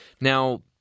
Now